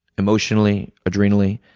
emotionally, adrenally.